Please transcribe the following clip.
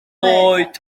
oed